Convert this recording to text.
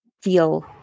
feel